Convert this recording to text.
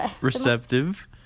receptive